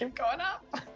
and going up.